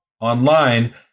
online